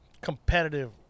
Competitive